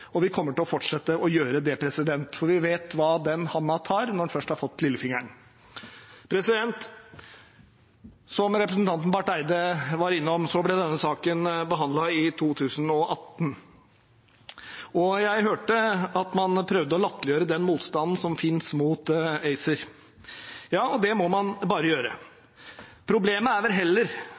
og vi kommer til å fortsette å gjøre det, for vi vet hva den hånda tar når den først har fått lillefingeren. Som representanten Barth Eide var innom, ble denne saken behandlet i 2018. Jeg hørte at man prøvde å latterliggjøre den motstanden som finnes mot ACER. Ja – det må man bare gjøre. Problemet er vel heller